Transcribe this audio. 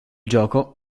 gioco